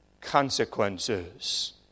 consequences